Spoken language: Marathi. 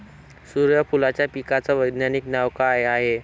सुर्यफूलाच्या पिकाचं वैज्ञानिक नाव काय हाये?